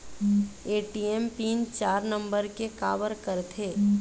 ATM PIN चार number के काबर करथे?